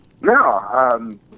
No